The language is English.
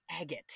agate